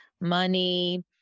money